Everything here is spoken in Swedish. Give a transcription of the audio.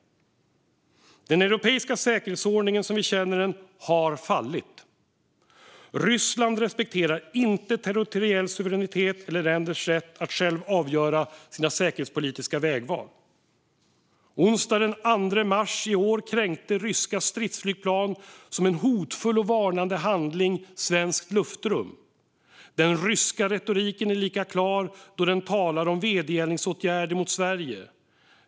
Den europeiska säkerhetsordningen som vi känner den har fallit. Ryssland respekterar inte territoriell suveränitet eller länders rätt att själva göra sina säkerhetspolitiska vägval. Onsdagen den 2 mars i år kränkte ryska stridsflygplan som en hotfull och varnande handling svenskt luftrum. Den ryska retoriken är lika klar då den talar om vedergällningsåtgärder mot Sverige.